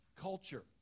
culture